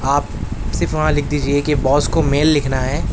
آپ صرف وہاں لکھ دیجئے کہ باس کو میل لکھنا ہے